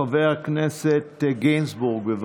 חבר הכנסת גינזבורג, בבקשה,